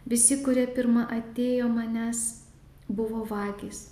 visi kurie pirma atėjo manęs buvo vagys